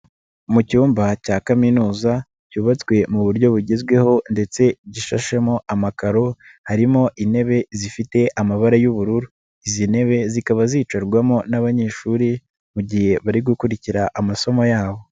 Mu cyumba cya kaminuza, cyubatswe mu buryo bugezweho ndetse gishashemo amakaro, harimo intebe zifite amabara y'ubururu. Izi ntebe zikaba zicarwamo n'abanyeshuri mu gihe bari gukurikira amasomo yabo.